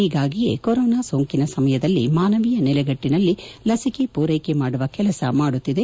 ಹೀಗಾಗಿಯೇ ಕೊರೋನಾ ಸೋಂಕಿನ ಸಮಯದಲ್ಲಿ ಮಾನವೀಯ ನೆಲೆಗೆಟ್ಟನಲ್ಲಿ ಲಿಕೆಯನ್ನು ಪೂರೈಕೆ ಮಾಡುವ ಕೆಲಸವನ್ನು ಮಾಡುತ್ತಿದೆ